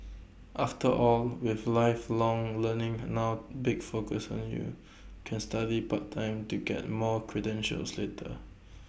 after all with lifelong learning A now big focus on you can study part time to get more credentials later